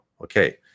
okay